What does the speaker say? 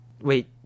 Wait